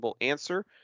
answer